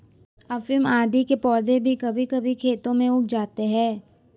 अफीम आदि के पौधे भी कभी कभी खेतों में उग जाते हैं